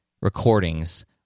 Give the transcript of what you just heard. recordings